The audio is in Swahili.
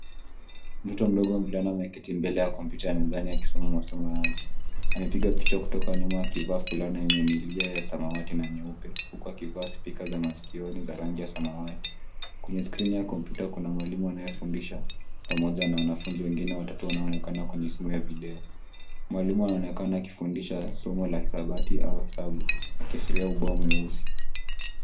Mtoto mdogo mvulana ameketi mbele ya kompyuta ya nyumbani akisoma masomo yake. Amepigwa picha akivaa fulana yenye milia ya samawati na nyeupe huku akivaa spika za maskioni za rangi ya samawati. Kwenye skrini ya kompyuta kuna mwalimu anayefundisha pamoja na wanafunzi wengine watatu wanaonekana kwenye simu ya video. Mwalimu anaonekana akifundisha somo la hesabu.